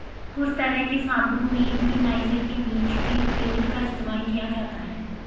कुछ तरह के साबून में भी नाइजर के बीज के तेल का इस्तेमाल किया जाता है